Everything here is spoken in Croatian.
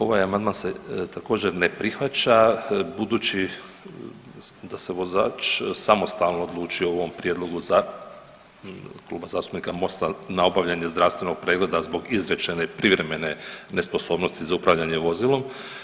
Ovaj amandman se također ne prihvaća budući da se vozač samostalno odlučuje u ovom prijedlogu Kluba zastupnika MOST-a na obavljanje zdravstvenog pregleda zbog izrečene i privremene nesposobnosti za upravljanjem vozilom.